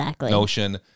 notion